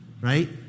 Right